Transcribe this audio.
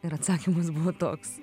ir atsakymas buvo toks